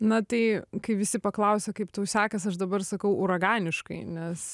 na tai kai visi paklausia kaip tau sekas aš dabar sakau uraganiškai nes